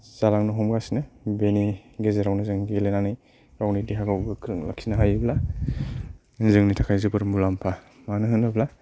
जालांनो हमगासिनो बेनि गेजेरावनो जों गेलेनानै गावनि देहाखौ गोख्रों लाखिनो हायोब्ला जोंनि थाखाय जोबोर मुलाम्फा मानो होनोब्ला